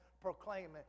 proclaiming